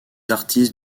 artistes